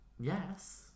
Yes